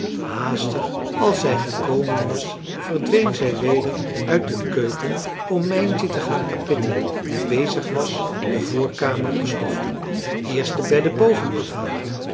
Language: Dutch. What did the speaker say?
haastig als zij gekomen was verdween zij weder uit de keuken om mijntje te gaan kapittelen die bezig was de voorkamer te stoffen eerst de bedden boven afhalen